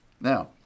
Now